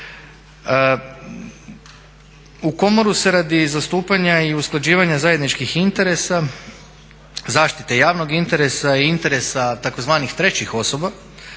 U Komoru se radi zastupanja i usklađivanja zajedničkih interesa, zaštite javnog interesa i interesa tzv. trećih osoba